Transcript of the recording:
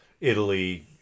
italy